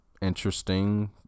interesting